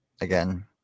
again